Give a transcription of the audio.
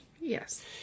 Yes